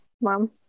mom